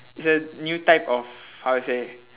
it's a new type of how to say